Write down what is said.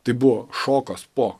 tai buvo šokas po